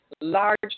Large